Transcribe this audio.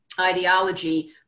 ideology